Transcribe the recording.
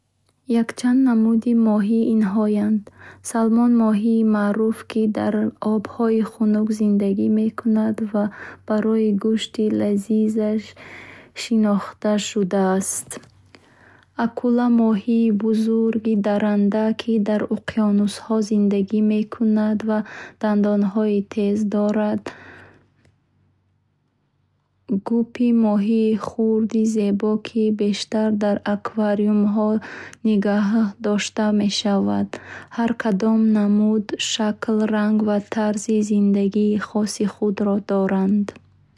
Якчанд намуди моҳӣ инҳоянд: Салмон моҳии маъруф, ки дар обҳои хунук зиндагӣ мекунад ва барои гӯшти лазизаш шинохта шудааст. Акула моҳии бузурги дарранда, ки дар уқёнусҳо зиндагӣ мекунад ва дандонҳои тез дорад. Гуппи моҳии хурди зебо, ки бештар дар аквариумҳо нигоҳ дошта мешавад. Ҳар кадом намуд шакл, ранг ва тарзи зиндагии хоси худро дорад.